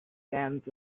bands